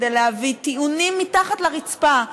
כדי להביא טיעונים מתחת לרצפה,